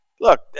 Look